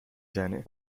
زنه